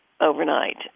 overnight